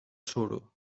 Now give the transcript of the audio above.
suro